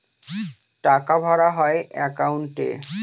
টাকা ভরা হয় একাউন্টে